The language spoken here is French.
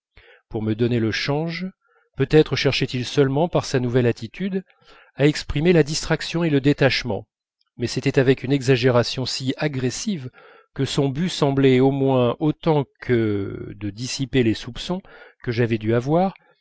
pour me donner le change peut-être cherchait-il seulement par sa nouvelle attitude à exprimer la distraction et le détachement mais c'était avec une exagération si agressive que son but semblait au moins autant que de dissiper les soupçons que j'avais dû avoir